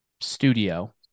studio